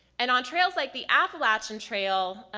and on trails like the appalachian trail,